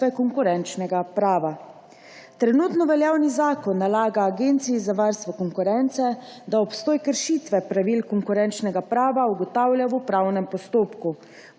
konkurenčnega prava. Trenutno veljavni zakon nalaga Agenciji za varstvo konkurence, da obstoj kršitve pravil konkurenčnega prava ugotavlja v upravnem postopku,